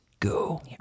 go